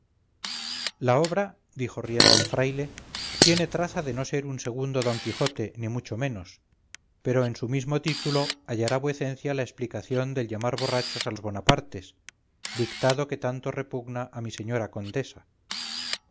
la obra dijo riendo el fraile tiene traza de no ser un segundo d quijote ni mucho menos pero en su mismo título hallará vuecencia la explicación del llamar borrachos a los bonapartes dictado que tanto repugna a mi señora condesa